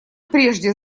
прежде